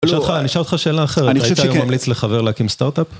אשאל אותך אשאל אותך שאלה אחרת, אני חושב שכן, היית היום ממליץ לחבר להקים סטארט-אפ?